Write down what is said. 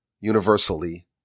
universally